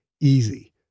easy